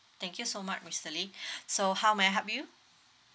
thank you so much mister lee so how may I help you